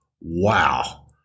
Wow